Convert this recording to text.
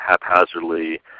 haphazardly